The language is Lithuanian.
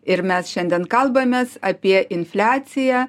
ir mes šiandien kalbamės apie infliaciją